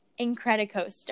Incredicoaster